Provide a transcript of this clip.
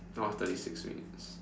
now is thirty six minutes